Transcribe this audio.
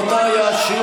לא הפעלת שעון.